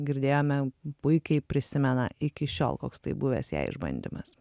girdėjome puikiai prisimena iki šiol koks tai buvęs jai išbandymas